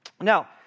Now